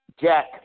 Jack